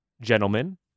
gentlemen